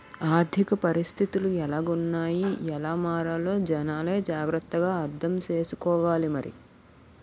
ఆర్థిక పరిస్థితులు ఎలాగున్నాయ్ ఎలా మారాలో జనాలే జాగ్రత్త గా అర్థం సేసుకోవాలి మరి